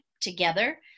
together